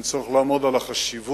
אין צורך לעמוד על החשיבות